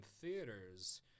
theaters